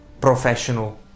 professional